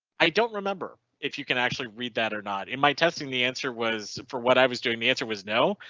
i don't remember if you can actually read that or not in my testing the answer was for what i was doing the answer was no,